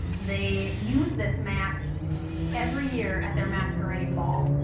they use this mask every year at their masquerade ball.